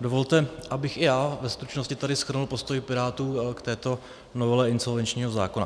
dovolte, abych i já ve stručnosti tady shrnul postoj Pirátů k této novele insolvenčního zákona.